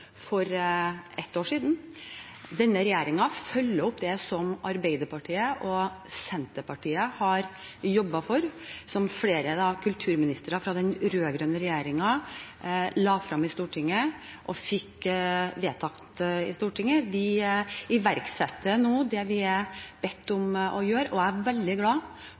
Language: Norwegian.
for et år siden. Denne regjeringen følger opp det som Arbeiderpartiet og Senterpartiet har jobbet for, og som flere kulturministre fra den rød-grønne regjeringen la frem i Stortinget og fikk vedtatt i Stortinget. Vi iverksetter nå det vi er bedt om å gjøre, og jeg er veldig glad